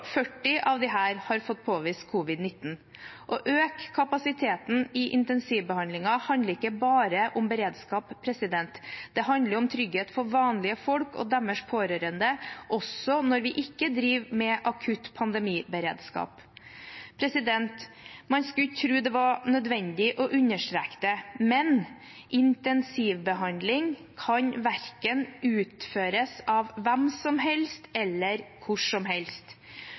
40 av disse har fått påvist covid-19. Å øke kapasiteten i intensivbehandlingen handler ikke bare om beredskap, det handler om trygghet for vanlige folk og deres pårørende også når vi ikke driver med akutt pandemiberedskap. Man skulle ikke tro det var nødvendig å understreke det, men intensivbehandling kan verken utføres av hvem som helst eller hvor som helst.